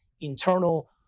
internal